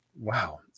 Wow